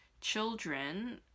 children